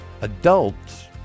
Adults